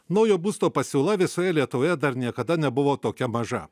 naujo būsto pasiūla visoje lietuvoje dar niekada nebuvo tokia maža